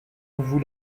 vous